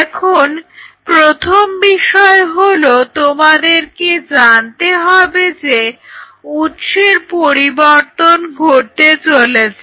এখন প্রথম বিষয় হলো তোমাদেরকে জানতে হবে যে উৎসের পরিবর্তন ঘটতে চলেছে